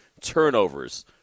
turnovers